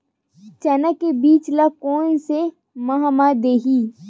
चना के बीज ल कोन से माह म दीही?